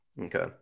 Okay